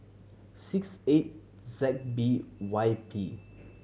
six eight Z B Y P